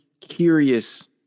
curious